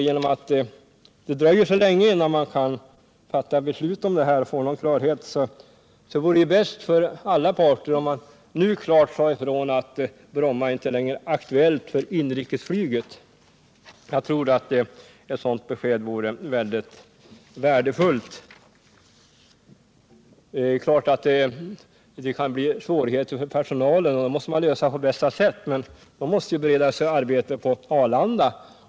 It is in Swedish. Genom att det dröjer så länge innan man kan fatta beslut om detta, vore det bäst för alla parter om man nu klart sade ifrån att Bromma inte längre är aktuellt för inrikesflyget. Jag tror att ett sådant besked vore värdefullt. Det är klart att det kan bli svårigheter för personalen, och dem måste man lösa på bästa sätt. De anställda måste beredas arbete på Arlanda.